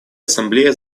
ассамблея